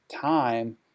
time